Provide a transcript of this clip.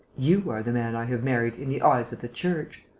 you are the man i have married in the eyes of the church.